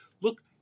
Look